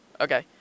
okay